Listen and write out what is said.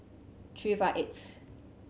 three five eighth